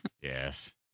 Yes